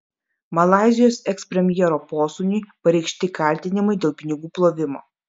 malaizijos ekspremjero posūniui pareikšti kaltinimai dėl pinigų plovimo